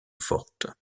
forte